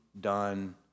done